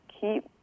Keep